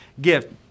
gift